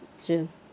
true